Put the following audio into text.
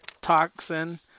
toxin